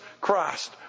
Christ